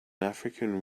african